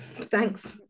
thanks